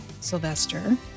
Sylvester